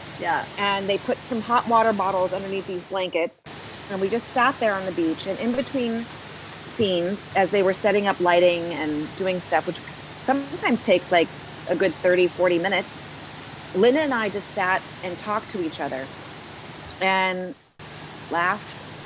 yeah. and they put some hot water bottles underneath these blankets and we just sat there on the beach and in between scenes as they were setting up lighting and doing stuff, which could sometimes take like a good thirty, forty minutes linda and i just sat and talked to each other and laughed.